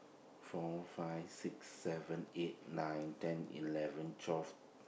four five six seven eight nine ten eleven twelve